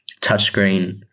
touchscreen